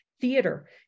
theater